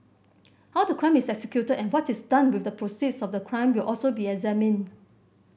how the crime is executed and what is done with the proceeds of the crime will also be examined